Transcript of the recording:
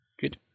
Good